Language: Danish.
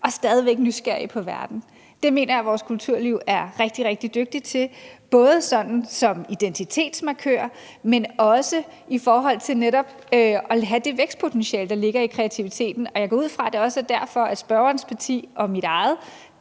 og stadig nysgerrige på verden. Det mener jeg vores kulturliv er rigtig, rigtig dygtigt til, ikke alene som identitetsmarkør, men også i forhold til at have det vækstpotentiale, der ligger i kreativiteten. Jeg går ud fra, at det også er derfor, at spørgerens parti og mit eget